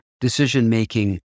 decision-making